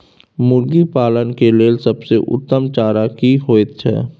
मुर्गी पालन के लेल सबसे उत्तम चारा की होयत छै?